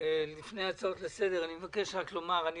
לפני ההצעות לסדר-היום, אני מבקש לומר משהו.